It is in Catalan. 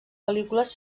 pel·lícules